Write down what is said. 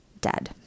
dead